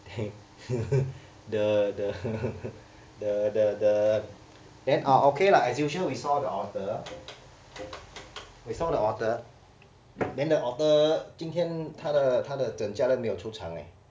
the the the the the then ah okay lah as usual we saw the otter we saw the otter then the otter 今天他的他的正家人没有出场 leh